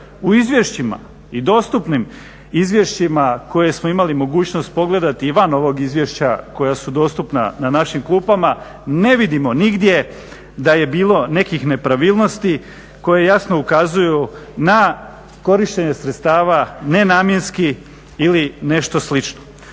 U izvješćima i dostupnim izvješćima koje smo imali mogućnost pogledati i van ovog izvješća koja su dostupna na našim klupama ne vidimo nigdje da je bilo nekih nepravilnosti koje jasno ukazuju na korištenje sredstava ne namjenski ili nešto slično.